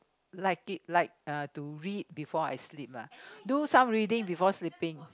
like it like uh to read before I sleep lah do some reading before sleeping